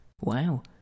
Wow